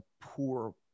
poor